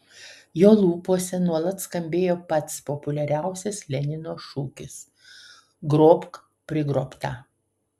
jo lūpose nuolat skambėjo pats populiariausias lenino šūkis grobk prigrobtą